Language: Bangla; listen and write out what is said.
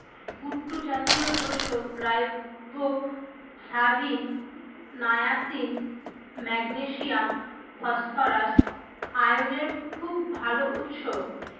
কুট্টু জাতীয় শস্য রাইবোফ্লাভিন, নায়াসিন, ম্যাগনেসিয়াম, ফসফরাস, আয়রনের খুব ভাল উৎস